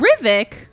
Rivik